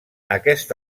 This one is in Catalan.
aquest